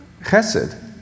chesed